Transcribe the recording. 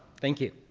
thank you.